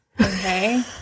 okay